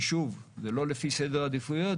ששוב זה לא לפי סדר עדיפויות,